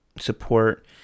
support